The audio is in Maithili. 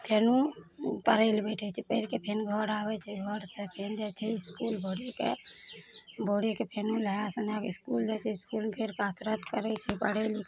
फेरो पढ़ै लए बैठै छै पढ़िके फेर घर आबै छै घर से फेर जाइ छै इसकुल भोरेके भोरे के फेनो लहए सहाए के स्कूल जाइ छै इस्कूल मे फेर कासरत करै छै पढ़ै लिख